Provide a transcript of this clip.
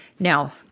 Now